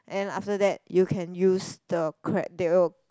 and then after that you can use the cre~ they will